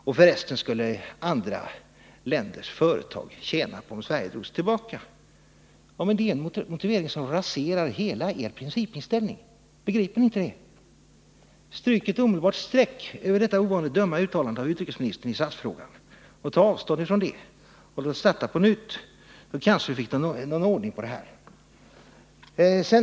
Och för resten skulle andra länders företag tjäna på om Sverige drog sig tillbaka. Men begriper ni inte att detta är en motivering som raserar hela er principinställning? Stryk omedelbart ett streck över detta ovanligt dumma uttalande av utrikesministern i SAS-frågan som ni tyvärr citerat med instämmande i utskottsbetänkandet, ta avstånd från det och låt oss starta på nytt! Då kanske vi får någon ordning på det här.